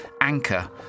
anchor